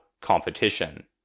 competition